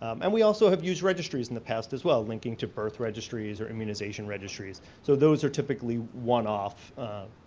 and we also have use registries in the past as well linking to birth registries, immunization registries. so those are typically one-off